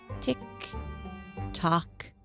tick-tock